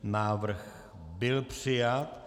Návrh byl přijat.